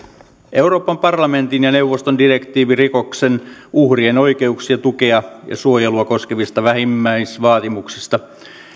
euroopan parlamentin ja neuvoston direktiivi rikoksen uhrien oikeuksia tukea ja suojelua koskevista vähimmäisvaatimuksista